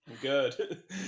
good